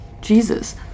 Jesus